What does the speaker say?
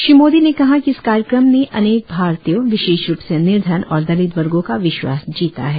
श्री मोदी ने कहा कि इस कार्यक्रम ने अनेक भारतीयों विशेष रूप से निर्धन और दलित वर्गों का विश्वास जीता है